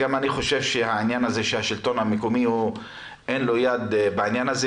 אני חושב שהטענה הזו שהשלטון המקומי אין לו יד בעניין הזה,